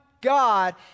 God